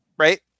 Right